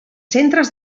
centres